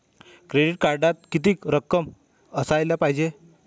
Credit कार्डात कितीक रक्कम असाले पायजे?